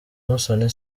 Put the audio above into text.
musoni